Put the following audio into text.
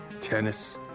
tennis